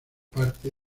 parte